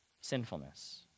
sinfulness